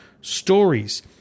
stories